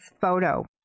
photo